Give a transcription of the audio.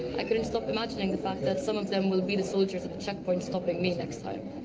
i couldn't stop imagining the fact that some of them will be the soldiers at the checkpoint, stopping me next time.